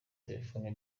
telefoni